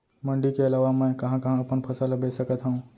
मण्डी के अलावा मैं कहाँ कहाँ अपन फसल ला बेच सकत हँव?